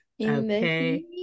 okay